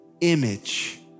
Image